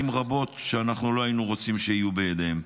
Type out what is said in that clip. רבות שאנחנו לא היינו רוצים שיהיו בידיהם.